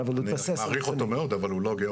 אני מעריך אותו מאוד, אבל הוא לא גיאו-הידרולוג.